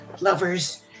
lovers